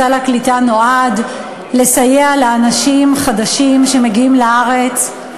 סל הקליטה נועד לסייע לאנשים חדשים שמגיעים לארץ,